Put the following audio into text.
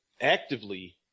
actively